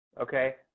okay